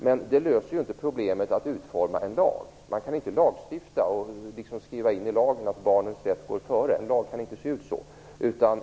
Men det löser ju inte problemet med att utforma en lag. Man kan inte skriva in i lagen att barnens rätt går före. En lag kan inte se ut så.